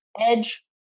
Edge